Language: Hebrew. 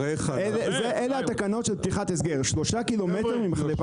אלה התקנות של פתיחת הסגר, 3 קילומטר ממחלבה